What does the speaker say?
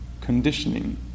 conditioning